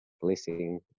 blessing